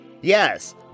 Yes